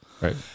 Right